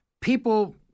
people